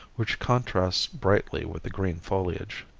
which contrasts brightly with the green foliage.